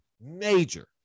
Major